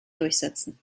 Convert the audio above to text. durchsetzen